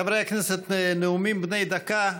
חברי הכנסת, נאומים בני דקה.